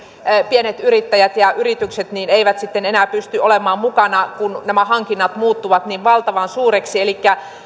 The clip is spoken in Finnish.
pienet yrittäjät ja yritykset eivät enää pysty olemaan mukana kun nämä hankinnat muuttuvat niin valtavan suuriksi